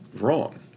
wrong